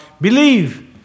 believe